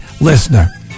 listener